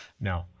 No